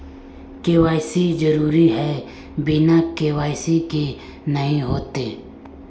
KYC जरुरी है बिना के.वाई.सी के नहीं होते?